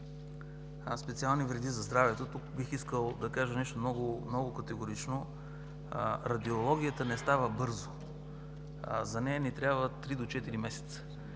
специални вреди за здравето, тук бих искал да кажа нещо много категорично –радиологията не става бързо. За нея ни трябват три до четири месеца.